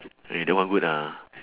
!aiya! that one good ah